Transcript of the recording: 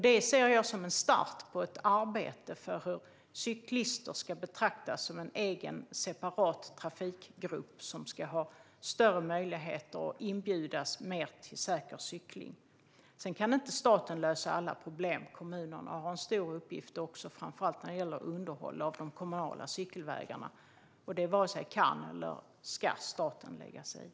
Det ser jag som en start på ett arbete för att cyklister ska betraktas som en egen separat trafikgrupp som ska ha större möjligheter att inbjudas mer till säker cykling. Sedan kan inte staten lösa alla problem. Kommunerna har en stor uppgift också, framför allt när det gäller underhåll av de kommunala cykelvägarna. Det varken kan eller ska staten lägga sig i.